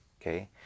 okay